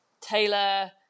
taylor